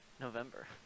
November